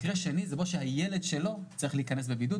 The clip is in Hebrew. מקרה שני זה כשהילד שלו חייב בבידוד.